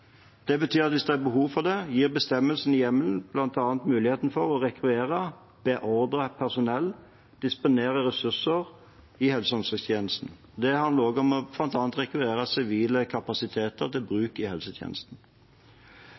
Det betyr at hvis det blir behov for det, gir bestemmelsene hjemmel til bl.a. å rekvirere, beordre personell og disponere ressursene i helse- og omsorgstjenesten. Det handler også bl.a. om å rekvirere sivile kapasiteter til bruk i helsetjenesten.